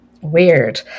Weird